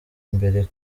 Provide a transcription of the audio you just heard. mbere